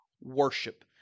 worship